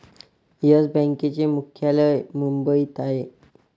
yes बँकेचे मुख्यालय मुंबईत आहे